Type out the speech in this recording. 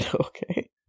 Okay